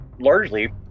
largely